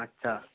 আচ্ছা